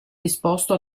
disposto